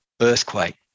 earthquake